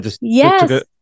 yes